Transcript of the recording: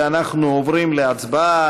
ואנחנו עוברים להצבעה.